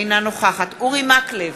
אינה נוכחת אורי מקלב,